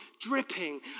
dripping